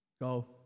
Go